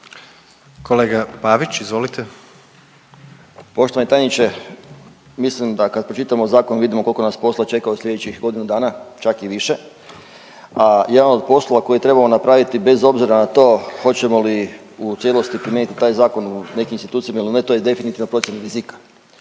(Socijaldemokrati)** Poštovani tajniče, mislim da kad pročitamo zakon, vidimo koliko nas posla čeka u sljedećih godinu dana, čak i više, a jedan od poslova koje trebamo napraviti, bez obzira na to hoćemo li u cijelosti primijeniti taj Zakon u nekim institucijama ili ne, to je definitivna procjena rizika.